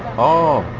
oh,